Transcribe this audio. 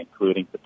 including